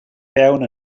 fewn